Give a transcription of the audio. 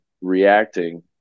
reacting